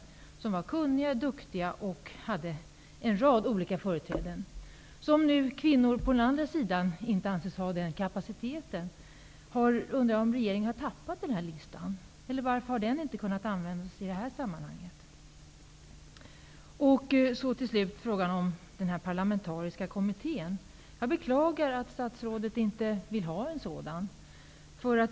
Kvinnorna var kunniga, duktiga och hade en rad olika kvalifikationer. Som om nu kvinnorna på den andra sidan inte hade den kapaciteten! Jag undrar om regeringen har tappat den här listan. Varför har den inte använts i det här sammanhanget? Slutligen beklagar jag beträffande frågan om den parlamentariska kommittén att statsrådet inte vill ha en sådan.